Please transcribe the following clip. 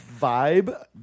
vibe